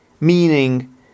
meaning